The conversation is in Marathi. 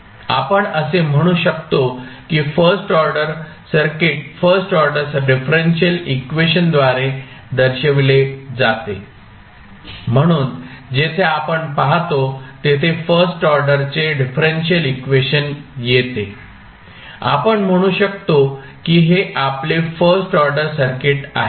आपण असे म्हणू शकतो की first order circuit first order differential इक्वेशनद्वारे दर्शविले जाते म्हणून जेथे आपण पाहतो तेथे फर्स्ट ऑर्डरचे डिफरेंशियल इक्वेशन येते आपण म्हणू शकतो की हे आपले फर्स्ट ऑर्डर सर्किट आहे